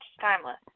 Timeless